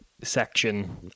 section